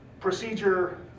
procedure